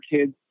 kids